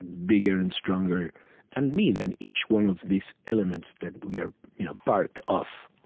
bigger and stronger than me, than each one of these elements that we are part of